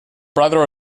brother